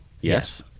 Yes